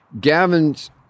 Gavin's